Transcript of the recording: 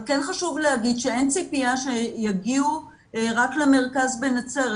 אבל כן חשוב להגיד שאין ציפייה שיגיעו רק למרכז בנצרת,